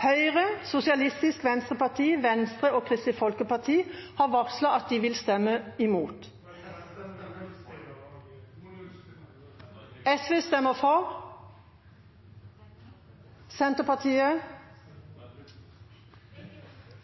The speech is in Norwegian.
Høyre, Sosialistisk Venstreparti, Venstre og Kristelig Folkeparti har varslet at de vil stemme imot. Sosialistisk Venstreparti skal stemme for innstillingen. Sosialistisk Venstreparti skal stemme for? Og Senterpartiet?